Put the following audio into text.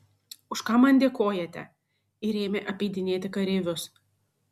už ką man dėkojate ir ėmė apeidinėti kareivius